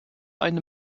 eine